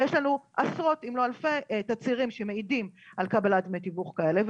ויש לנו עשרות אם לא אלפי תצהירים שמעידים על קבלת דמי תיווך כאלה,